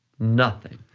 nothing.